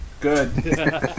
good